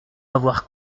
avoir